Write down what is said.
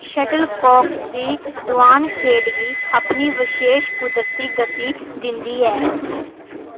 shuttlecock दी डुआन खेढ गी अपनी बशेश कुदरती गति दिंदी ऐ